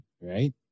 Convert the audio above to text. Right